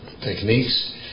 techniques